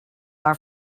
are